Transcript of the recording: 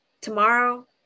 tomorrow